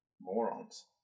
Morons